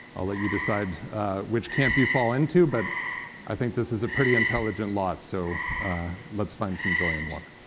i'll let you decide which camp you fall into, but i think this is a pretty intelligent lot, so let's find some joy in water.